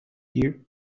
here